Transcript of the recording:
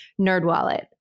NerdWallet